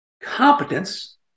competence